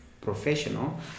professional